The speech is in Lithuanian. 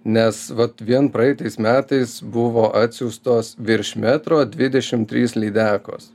nes vat vien praeitais metais buvo atsiųstos virš metro dvidešim trys lydekos